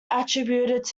attributed